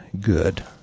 good